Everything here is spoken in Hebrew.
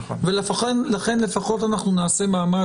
לכן,